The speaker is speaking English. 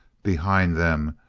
behind them,